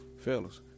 fellas